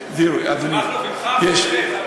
זה מכלוף עם כ"ף או עם חי"ת, אריה?